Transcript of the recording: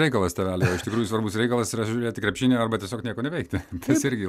reikalas tėveliui o iš tikrųjų svarbus reikalas yra žiūrėti krepšinį arba tiesiog nieko neveikti jis irgi